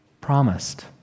promised